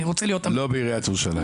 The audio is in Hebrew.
אני רוצה להיות --- לא בעיריית ירושלים,